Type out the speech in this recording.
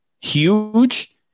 huge